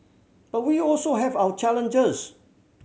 but we also have our challenges